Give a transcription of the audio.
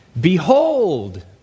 Behold